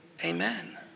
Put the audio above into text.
Amen